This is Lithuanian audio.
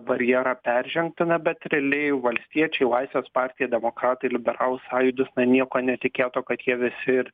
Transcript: barjerą peržengtume bet realiai valstiečiai laisvės partija demokratai liberalų sąjūdis na nieko netikėto kad jie visi ir